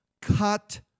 cut